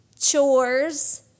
chores